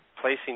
placing